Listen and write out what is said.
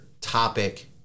topic